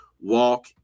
walk